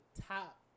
top